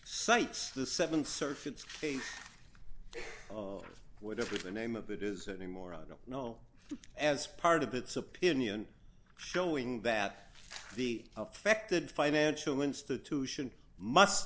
cites the seven circuits case whatever the name of it is anymore i don't know as part of its opinion showing that the affected financial institution must